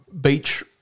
Beach